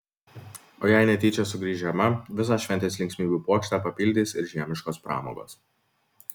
o jei netyčia sugrįš žiema visą šventės linksmybių puokštę papildys ir žiemiškos pramogos